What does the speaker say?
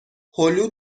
هلو